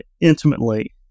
intimately